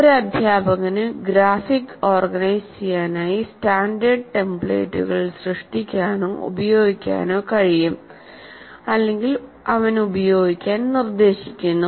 ഒരു അധ്യാപകന് graphic organise ചെയ്യാനായി സ്റ്റാൻഡേർഡ് ടെംപ്ലേറ്റുകൾ സൃഷ്ടിക്കാനോ ഉപയോഗിക്കാനോ കഴിയും അവൻ ഉപയോഗിക്കാൻ നിർദേശിക്കുന്നു